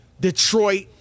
Detroit